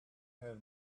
her